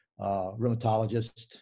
rheumatologist